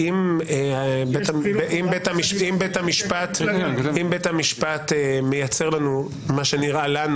-- אם בית המשפט מייצר לנו מה שנראה לנו